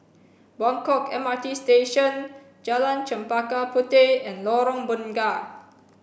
Buangkok M R T Station Jalan Chempaka Puteh and Lorong Bunga